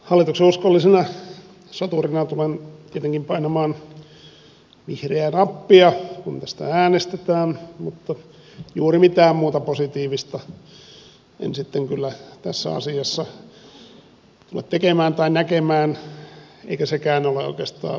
hallituksen uskollisena soturina tulen tietenkin painamaan vihreää nappia kun tästä äänestetään mutta juuri mitään muuta positiivista en sitten kyllä tässä asiassa tule tekemään tai näkemään eikä sekään ole oikeastaan kovin positiivista